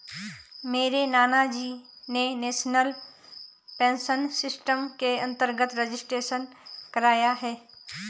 मेरे नानाजी ने नेशनल पेंशन सिस्टम के अंतर्गत रजिस्ट्रेशन कराया है